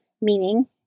meaning